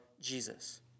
Jesus